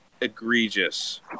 egregious